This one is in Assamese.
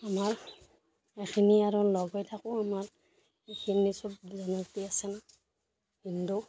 আমাৰ এইখিনি আৰু লগ হৈ থাকোঁ আমাৰ এইখিনি চব জনজাতি আছে ন হিন্দু